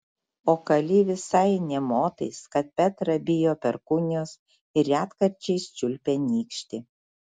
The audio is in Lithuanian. o kali visai nė motais kad petra bijo perkūnijos ir retkarčiais čiulpia nykštį